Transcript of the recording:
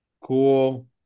Cool